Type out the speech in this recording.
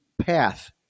path